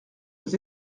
aux